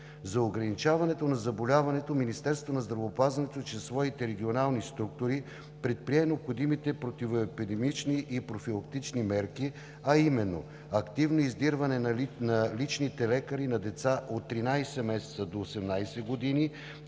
За ограничаването на заболяването Министерството на здравеопазването, чрез своите регионални структури, предприе необходимите противоепидемични и профилактични мерки, а именно: активно издирване от личните лекари на деца от 13 месеца до 18 години,